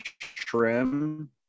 trim